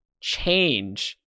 change